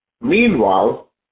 Meanwhile